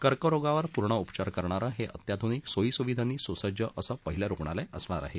कर्करोगावर पूर्ण उपचार करणारं हे अत्याधुनिक सोयीसुविधांनी सुसज्ज असं पहीलं रुणालय असणार आहे